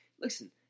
Listen